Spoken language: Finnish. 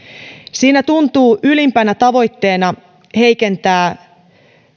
siinä tuntuu olevan ylimpänä tavoitteena heikentää